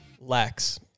lacks